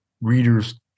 readers